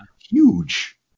huge